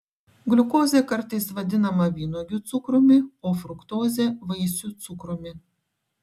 gliukozė kartais vadinama vynuogių cukrumi o fruktozė vaisių cukrumi